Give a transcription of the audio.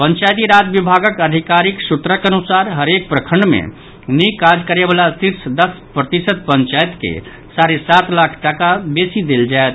पंचायती राज विभागक अधिकारी सूत्रक अनुसार हरेक प्रखंड मे निक काज करयवला शीर्ष दस प्रतिशत पंचायत के साढ़े सात लाख टाका बेसी देल जायत